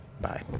Bye